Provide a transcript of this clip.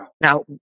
Now